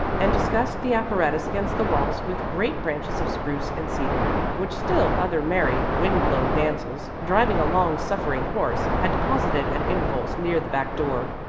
and disguised the apparatus against the walls with great branches of spruce and cedar, which still other merry, wind-blown damsels, driving a long-suffering horse, had deposited at intervals near the back door.